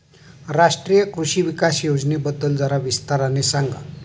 राष्ट्रीय कृषि विकास योजनेबद्दल जरा विस्ताराने सांगा